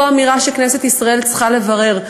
זו אמירה שכנסת ישראל צריכה לברר,